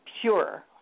pure